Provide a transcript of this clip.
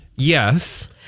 Yes